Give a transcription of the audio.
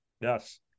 Yes